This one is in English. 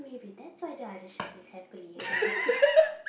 maybe that's why the other shark is happily angry